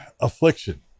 Affliction